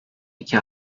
iki